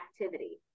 activity